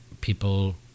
People